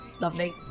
Lovely